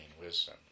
wisdom